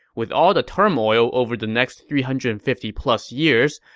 with all the turmoil over the next three hundred and fifty plus years,